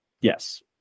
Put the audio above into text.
Yes